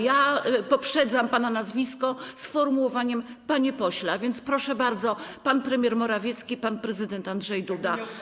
Ja poprzedzam pana nazwisko sformułowaniem: pan poseł, a więc bardzo proszę: pan premier Morawiecki, pan prezydent Andrzej Duda.